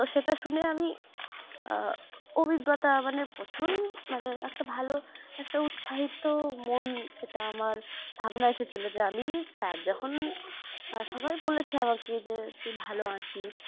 তো সেটা শুনে আমি অভিজ্ঞতা মানে প্রচণ্ড মানে একটা ভালো একটা উৎসাহিত মন যেটা আমার ভাবনা এসেছিলো যে আমি স্যার যখন সবাই বলেছে আমাকে যে তুই ভালো আঁকিস